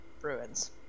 Bruins